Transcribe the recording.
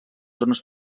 zones